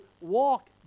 walk